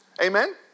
Amen